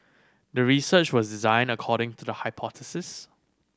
the research was designed according to the hypothesis